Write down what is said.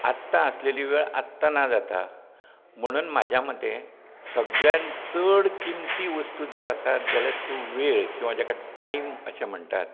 आत्तां आसलेली वेळ आत्तां ना जाता म्हणून म्हाज्या मते सगळ्यांत चड किंमती वस्तू जर आसत जाल्यार तो वेळ किंवा जेका टायम अशें म्हणटात